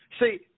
See